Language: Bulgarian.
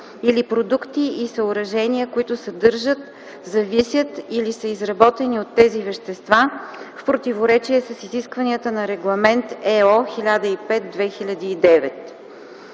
или продукти и съоръжения, които съдържат, зависят или са изработени от тези вещества, в противоречие с изискванията на Регламент /ЕО/ № 842/2006”;